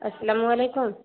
السلام علیکم